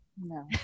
no